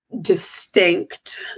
distinct